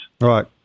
right